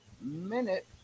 minute